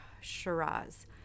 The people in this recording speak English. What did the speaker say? Shiraz